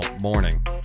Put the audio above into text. morning